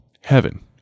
Heaven